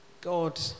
God